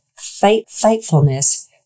faithfulness